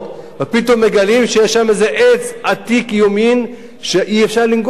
ופתאום מגלים שיש שם איזה עץ עתיק יומין שאי-אפשר לנגוע בו.